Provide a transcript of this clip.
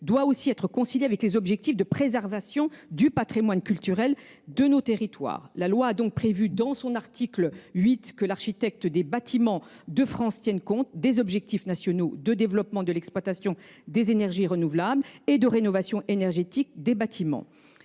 doit aussi être concilié avec les objectifs de préservation du patrimoine culturel de nos territoires. Par conséquent, l’article 8 de cette loi dispose que l’architecte des Bâtiments de France tienne compte des objectifs nationaux de développement de l’exploitation des énergies renouvelables et de rénovation énergétique des bâtiments.